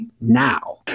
now